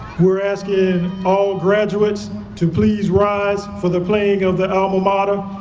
we're asking all graduates to please rise for the playing of the alma mater.